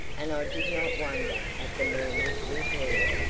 and i did not wonder at the murmur we heard.